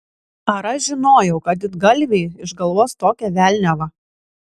ar aš žinojau kad didgalviai išgalvos tokią velniavą